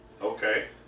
Okay